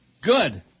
Good